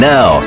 Now